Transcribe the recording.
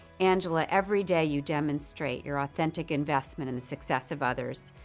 angela, every day you demonstrate your authentic investment in the success of others.